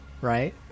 right